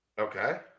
Okay